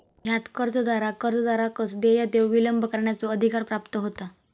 ह्यात कर्जदाराक कर्जदाराकच देय देऊक विलंब करण्याचो अधिकार प्राप्त होता